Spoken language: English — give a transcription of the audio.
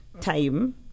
time